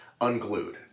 unglued